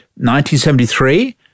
1973